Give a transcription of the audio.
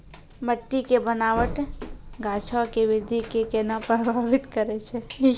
मट्टी के बनावट गाछो के वृद्धि के केना प्रभावित करै छै?